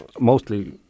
mostly